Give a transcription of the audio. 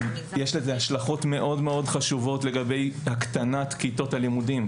יש לזה השלכות חשובות מאוד מאוד לגבי הקטנת כיתות הלימודים.